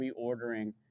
reordering